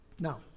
Now